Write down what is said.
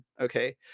Okay